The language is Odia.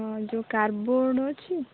ଯେଉଁ କାର୍ଡ଼ବୋର୍ଡ଼ ଅଛି